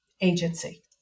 agency